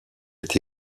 est